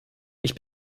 ich